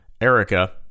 Erica